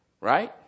Right